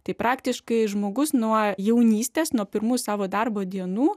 tai praktiškai žmogus nuo jaunystės nuo pirmų savo darbo dienų